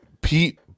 pete